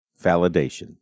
Validation